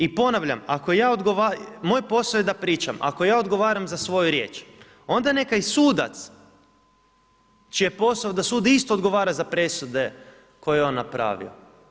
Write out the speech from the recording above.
I ponavljam, moj posao je da pričam ako ja odgovaram za svoju riječ, onda neka i sudac čiji je posao da sudi, isto odgovara za presude koje je on napravio.